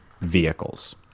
vehicles